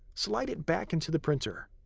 slide it back into the printer.